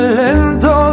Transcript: lento